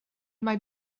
mae